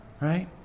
right